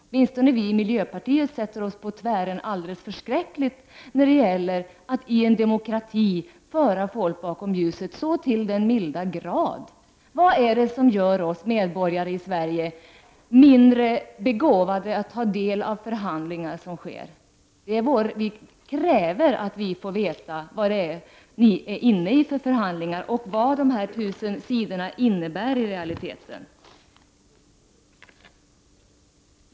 Åtminstone vi i miljöpartiet sätter oss mycket bestämt på tvären när man i en demokrati försöker föra folk bakom ljuset så till den milda grad. Vad är det som gör oss svenska medborgare mindre lämpade att hållas underrättade om förhandlingar som bedrivs? Vi kräver att vi får veta vilka förhandlingar ni är inne i och vad dessa tusentals sidor och direktiv i realiteten innebär.